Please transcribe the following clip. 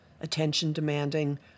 attention-demanding